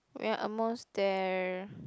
we are almost there